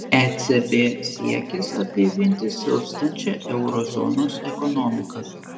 ecb siekis atgaivinti silpstančią euro zonos ekonomiką